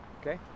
Okay